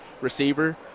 receiver